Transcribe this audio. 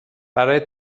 برای